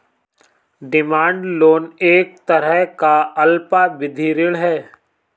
demand loan एक तरह का अल्पावधि ऋण है